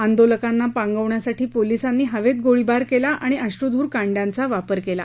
आंदोलकांना पांगवण्यासाठी पोलीसांनी हवेत गोळीबार केला आणि अश्रुधुर कांड्याचा वापर केला